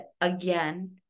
again